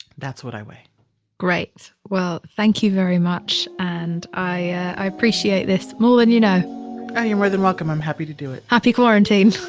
that's what i weigh great. well, thank you very much. and i appreciate this more than you know you're more than welcome. i'm happy to do it happy quarantine.